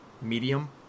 medium